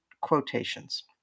quotations